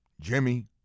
Jimmy